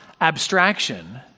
abstraction